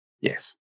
yes